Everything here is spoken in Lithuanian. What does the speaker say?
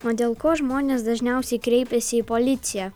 o dėl ko žmonės dažniausiai kreipiasi į policiją